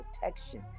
protection